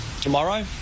tomorrow